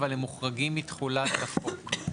אבל הם מוחרגים מתחולת החוק.